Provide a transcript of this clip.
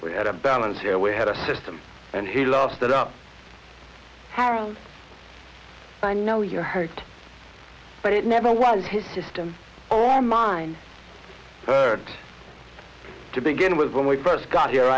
we had a balance here we had a system and he lost it up parents i know you're hurt but it never was his system or mine hurt to begin with when we first got here